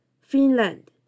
Finland